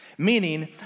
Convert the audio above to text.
Meaning